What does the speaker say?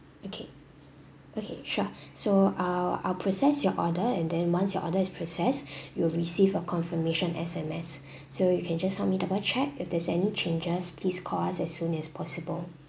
okay okay sure so I'll I'll process your order and then once your order is processed you will receive a confirmation S_M_S so you can just help me double check if there's any changes please call us as soon as possible